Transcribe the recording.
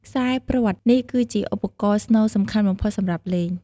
ខ្សែព្រ័ត្រនេះគឺជា ឧបករណ៍ស្នូលសំខាន់បំផុតសម្រាប់លេង។